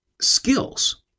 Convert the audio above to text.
skills